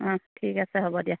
অঁ ঠিক আছে হ'ব দিয়া